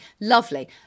Lovely